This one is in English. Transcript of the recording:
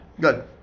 good